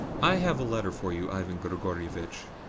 i have a letter for you, ivan grigorievitch,